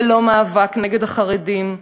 זה לא מאבק נגד החרדים,